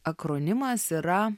akronimas yra